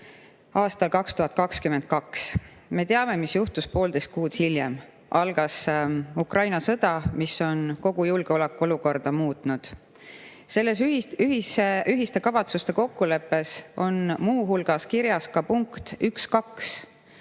aastal 2022. Me teame, mis juhtus poolteist kuud hiljem – algas Ukraina sõda, mis on kogu julgeolekuolukorda muutnud. Selles ühiste kavatsuste kokkuleppes on muu hulgas kirjas ka punkt 1.2,